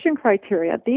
criteria